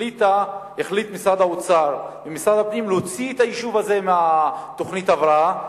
החליטו משרד האוצר ומשרד הפנים להוציא את היישוב הזה מתוכנית ההבראה,